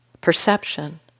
perception